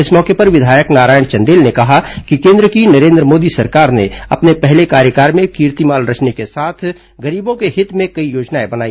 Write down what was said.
इस मौके पर विधायक नारायण चंदेल ने कहा कि केन्द्र की नरेन्द्र मोदी सरकार ने अपने पहले कार्यकाल में कीर्तिमान रचने के साथ गरीबों के हित में कई योजनाएं बनाई